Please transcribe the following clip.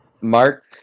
Mark